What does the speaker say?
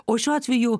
o šiuo atveju